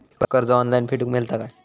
कर्ज ऑनलाइन फेडूक मेलता काय?